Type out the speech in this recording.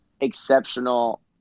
exceptional